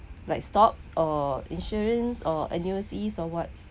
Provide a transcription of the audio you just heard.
like stocks or insurance or annuities or what